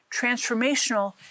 transformational